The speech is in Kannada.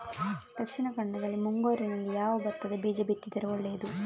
ದಕ್ಷಿಣ ಕನ್ನಡದಲ್ಲಿ ಮುಂಗಾರಿನಲ್ಲಿ ಯಾವ ಭತ್ತದ ಬೀಜ ಬಿತ್ತಿದರೆ ಒಳ್ಳೆಯದು?